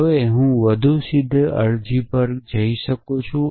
હવે હું વધુ સીધી અરજી કરી શકું છું